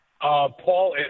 Paul